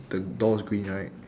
the door is green right